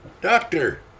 Doctor